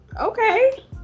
okay